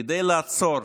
כדי לעצור